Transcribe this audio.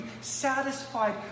satisfied